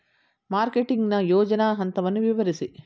Marketing ನ ಯೋಜನಾ ಹಂತವನ್ನು ವಿವರಿಸಿ?